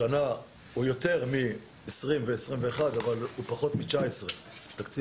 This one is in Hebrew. השנה הוא יותר מתקציב המדינה ב-2021 אבל הוא פחות מ-2019 ב-30%.